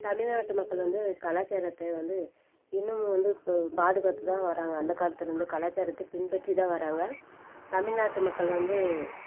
தமிழ்நாட்டு மக்கள் வந்து கலாச்சாரத்தை வந்து இன்னுமும் வந்து பா பாதுகாத்து தான் வராங்க அந்தக் காலத்துலேருந்து கலாச்சாரத்தை பின்பற்றி தான் வராங்க தமிழ்நாட்டு மக்கள் வந்து